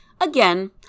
Again